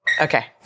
Okay